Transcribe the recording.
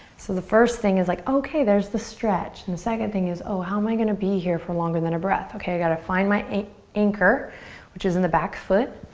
so the first thing is like okay, there's the stretch and the second thing is oh, how am i gonna be here for longer than a breath? okay, i got to find my anchor which is in the back foot.